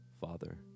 father